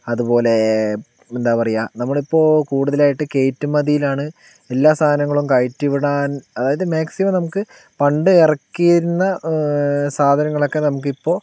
അതുപോലെ എന്താ പറയുക നമ്മളിപ്പോൾ കൂടുതലായിട്ട് കയറ്റുമതിയിലാണ് എല്ലാ സാധനങ്ങളും കയറ്റി വിടാൻ അതായത് മാക്സിമം നമുക്ക് പണ്ട് ഇറക്കിയിരുന്ന സാധങ്ങളൊക്കെ നമുക്കിപ്പോൾ